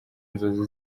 inzozi